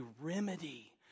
remedy